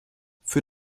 für